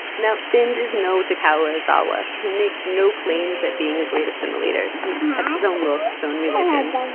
now thind is no takao ozawa, he makes no claims at being a great assimilator, he's kept his own look, his own religion.